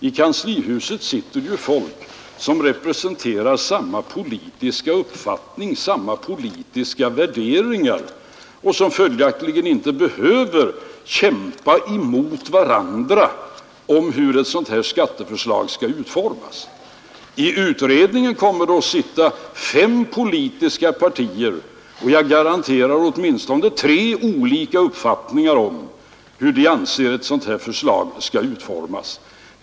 I kanslihuset sitter ju folk som representerar samma politiska uppfattning, samma politiska värderingar och som följaktligen inte behöver kämpa mot varandra om hur ett sådant här skatteförslag skall utformas. I utredningen kommer det att sitta fem politiska partier, och jag garanterar åtminstone tre olika uppfattningar om hur ett sådant här förslag skall utformas.